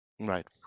Right